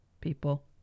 people